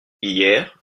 hier